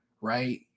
right